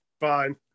fine